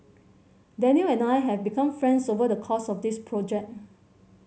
Danial and I have become friends over the course of this project